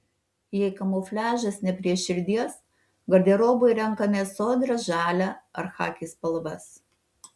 jei kamufliažas ne prie širdies garderobui renkamės sodrią žalią ar chaki spalvas